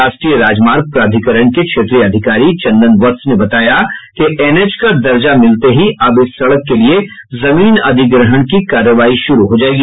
राष्ट्रीय राजमार्ग प्राधिकरण के क्षेत्रीय अधिकारी चंदन वत्स ने बताया कि एनएच का दर्ज मिलते ही अब इस सडक के लिए जमीन अधिग्रहण की कार्रवाई शुरू हो जायेगी